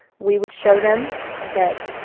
we would show them that,